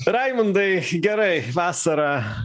raimundai ch gerai vasara